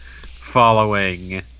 following